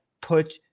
put